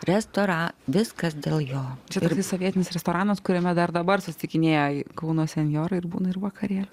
restora viskas dėl jo čia tas sovietinis restoranas kuriame dar dabar susitikinėja kauno senjorai ir būna ir vakarėl